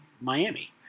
Miami